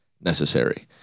necessary